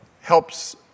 helps